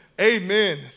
amen